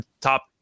top